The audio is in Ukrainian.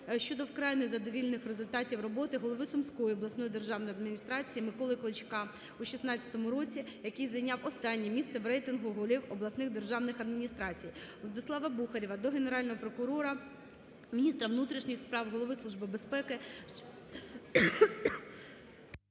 щодо вкрай незадовільних результатів роботи голови Сумської обласної державної адміністрації Микола Клочка у 2016 році, який зайняв останнє місце в рейтингу голів обласних державних адміністрацій. Владислава Бухарєва до Генерального прокурора, міністра внутрішніх справ Голови Служби безпеки